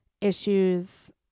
issues